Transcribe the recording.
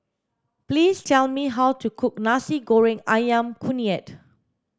please tell me how to cook nasi goreng ayam kunyit